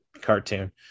cartoon